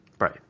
Right